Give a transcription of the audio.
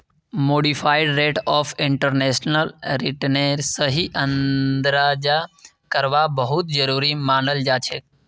modified rate of internal रिटर्नेर सही अंदाजा करवा बहुत जरूरी मनाल जाछेक